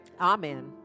Amen